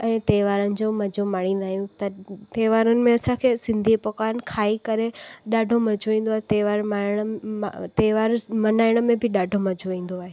ऐं त्योहारनि जो मज़ो माणींदा आहियूं त त्योहाररुनि में असांखे सिंधी पकवान खाई करे ॾाढो मज़ो ईंदो आहे त्योहार माएण त्योहार मल्हाइण में बि ॾाढो मज़ो ईंदो आहे